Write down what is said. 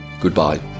goodbye